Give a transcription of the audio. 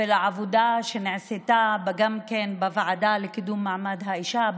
וגם על העבודה שנעשתה בוועדה לקידום מעמד האישה,